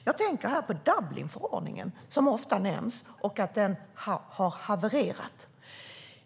Jag tänker här på Dublinförordningen, som ofta nämns. Man säger att den har havererat.